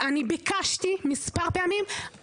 אני ביקשתי מספר פעמים,